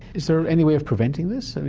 is there any way of preventing this? so